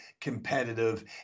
competitive